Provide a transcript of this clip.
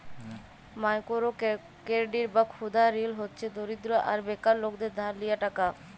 micro credit বা ক্ষুদা ঋল হছে দরিদ্র আর বেকার লকদের ধার লিয়া টাকা